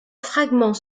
fragment